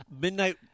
Midnight